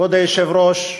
כבוד היושב-ראש,